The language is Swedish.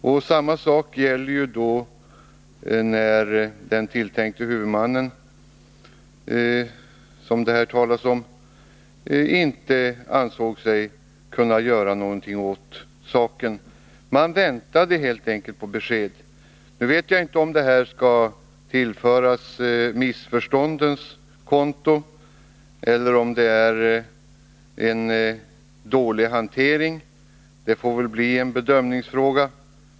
Detsamma var förhållandet när den tilltänkte huvudmannen, som det här talas om, inte ansåg sig kunna göra någonting åt saken. Man väntade helt enkelt på besked. Nu vet jag inte om detta skall föras på missförståndens konto eller om det beror på en dålig hantering. Det får väl bli en bedömningsfråga.